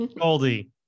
Goldie